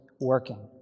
working